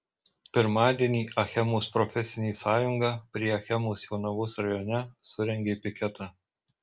pirmadienį achemos profesinė sąjunga prie achemos jonavos rajone surengė piketą